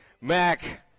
Mac